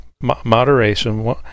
moderation